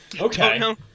okay